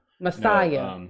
Messiah